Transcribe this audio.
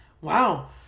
Wow